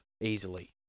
Easily